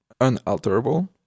unalterable